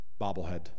Bobblehead